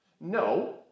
No